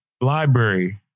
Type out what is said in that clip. library